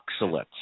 oxalates